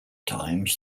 times